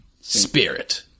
spirit